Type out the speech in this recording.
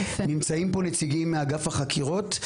נמצאים פה נציגים מאגף החקירות.